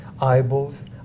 eyeballs